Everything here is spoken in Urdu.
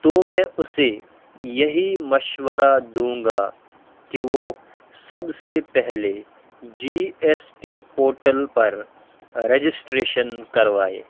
تو میں اسے یہی مشورہ دوں گا کہ وہ سب سے پہلے جی ایس ٹی پورٹل پر رجسٹریشن کروائے